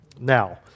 Now